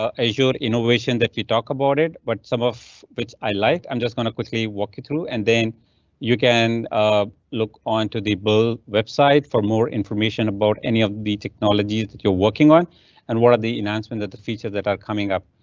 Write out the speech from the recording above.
azure innovation that we talk about it, but some of which i like. i'm just going to quickly walk you through and then you can ah look on to the bull website for more information about any of the technologies that you're working on and what are the announcement that the features that are coming up.